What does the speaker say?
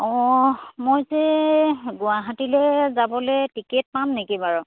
অঁ মই যে গুৱাহাটীলৈ যাবলৈ টিকেট পাম নেকি বাৰু